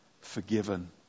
forgiven